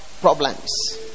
problems